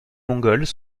mongols